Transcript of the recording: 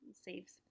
saves